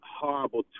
horrible